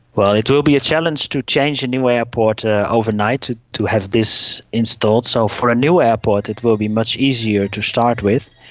well, it will be a challenge to change the new airport ah overnight to to have this installed. so for a new airport it will be much easier to start with.